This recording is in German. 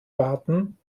warten